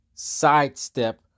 sidestep